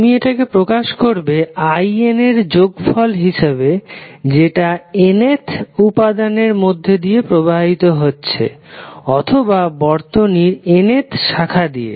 তুমি এটাকে প্রকাশ করবে in এর যোগফল হিসাবে যেটা nth উপাদানের মধ্যে দিয়ে প্রবাহিত হছে অথবা বর্তনীর nth শাখা দিয়ে